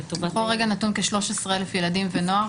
בכל רגע נתון כ-13,000 ילדים ונוער,